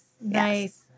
Nice